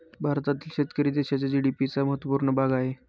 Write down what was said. भारतातील शेतकरी देशाच्या जी.डी.पी चा महत्वपूर्ण भाग आहे